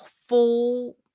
full